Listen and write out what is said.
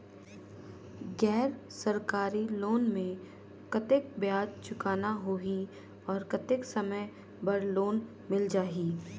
गैर सरकारी लोन मे कतेक ब्याज चुकाना होही और कतेक समय बर लोन मिल जाहि?